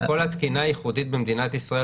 כל התקינה הייחודית במדינת ישראל